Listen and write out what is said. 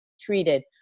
treated